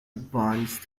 advanced